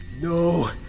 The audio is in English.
No